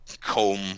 comb